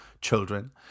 children